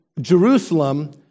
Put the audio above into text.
Jerusalem